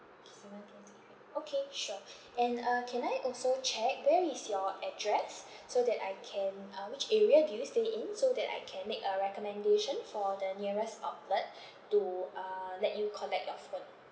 K seven to eight P_M okay sure and uh can I also check where is your address so that I can uh which area do you stay in so that I can make a recommendation for the nearest outlet to uh let you collect your phone